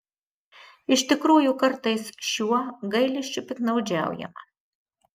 iš tikrųjų kartais šiuo gailesčiu piktnaudžiaujama